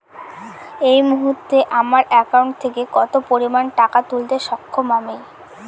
এই মুহূর্তে আমার একাউন্ট থেকে কত পরিমান টাকা তুলতে সক্ষম আমি?